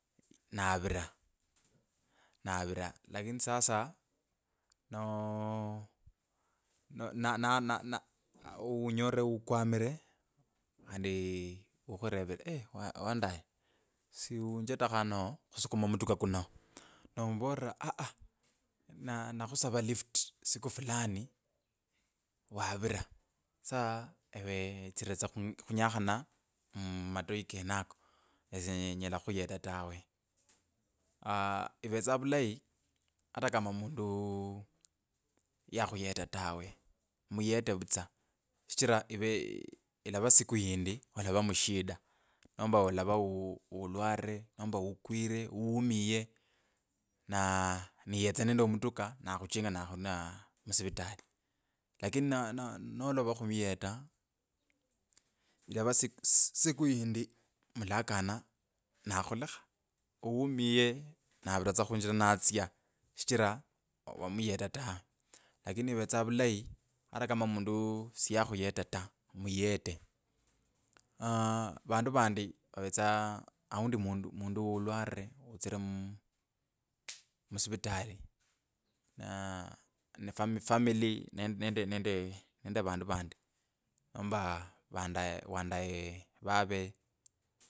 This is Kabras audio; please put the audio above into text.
Navira navira lakini sasa no no na na na na. unyolire ukwamire khandi khurevire eii wa wandaye siunjetakho ano khusukuma omutuka kuno no omurorera aa na nakhusava lift siku fulani wavira sa ewe tsiririva tsa khu khunyakhana mm mumutoyi kenoko esye enyala khukhuyeta tawe aaah ivetsa vulayi ata kama mundu yakhuyeta tawe muyete vutsa shichira ive ilava siku yindi olava mushida nomba olava u ulwatire nomba ukwire uumie na niyetsa nende omutuka kakhuchinga na khuiva musivitali lakini na no nolova khumuyeta ilava siku si siku yindi mulakana na khulekha uumie nqaviva tsa khunjira natsya shichira wamuyeta ta lakini ivetsa vulayi ata kama mundu siyakhuyeta ta omuyete. vandu vandi mm musivitali na ne fa famili nende vandu vandi nomba vandqye wandaye vave.